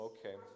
Okay